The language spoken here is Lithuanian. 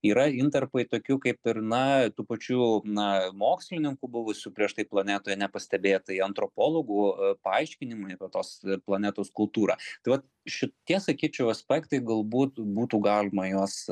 yra intarpai tokių kaip ir na tų pačių na mokslininkų buvusių prieš tai planetoje nepastebėtai antropologų paaiškinimai apie tos planetos kultūrą tai vat šitie sakyčiau aspektai galbūt būtų galima juos